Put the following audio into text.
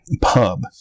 pub